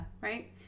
Right